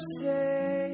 say